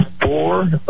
four